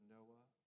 Noah